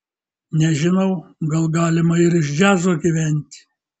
nežinau gal galima ir iš džiazo gyventi